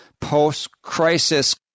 post-crisis